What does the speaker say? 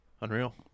unreal